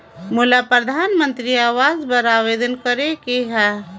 मोला परधानमंतरी आवास बर आवेदन करे के हा?